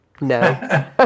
No